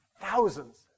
thousands